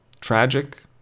Tragic